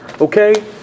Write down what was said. Okay